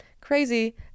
Crazy